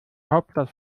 hauptstadt